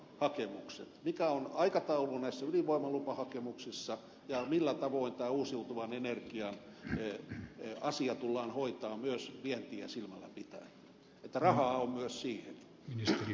mikä on aikataulu näissä ydinvoimalupahakemuksissa ja millä tavoin tämä uusiutuvan energian asia tullaan hoitamaan myös vientiä silmällä pitäen että rahaa on myös siihen